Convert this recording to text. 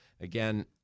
again